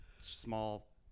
small